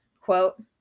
quote